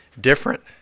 different